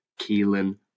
Keelan